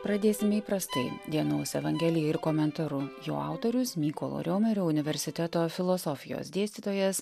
pradėsime įprastai dienos evangelija ir komentaru jo autorius mykolo riomerio universiteto filosofijos dėstytojas